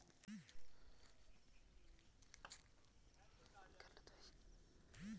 फसलों में कीट संक्रमण को रोकने के लिए कौन कौन सी दवाओं का उपयोग करना चाहिए?